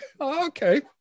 Okay